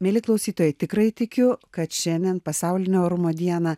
mieli klausytojai tikrai tikiu kad šiandien pasaulinę orumo dieną